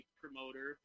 promoter